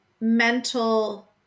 mental